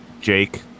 Jake